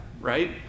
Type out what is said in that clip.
Right